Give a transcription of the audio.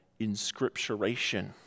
inscripturation